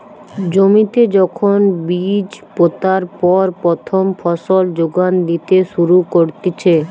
জমিতে যখন বীজ পোতার পর প্রথম ফসল যোগান দিতে শুরু করতিছে